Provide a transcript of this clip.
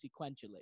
sequentially